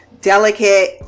delicate